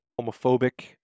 homophobic